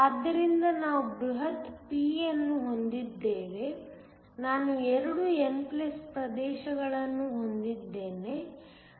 ಆದ್ದರಿಂದ ನಾವು ಬೃಹತ್ P ಅನ್ನು ಹೊಂದಿದ್ದೇವೆ ನಾನು 2 n ಪ್ರದೇಶಗಳನ್ನು ಹೊಂದಿದ್ದೇನೆ